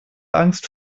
angst